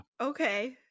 Okay